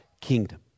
kingdom